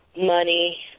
money